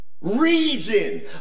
reason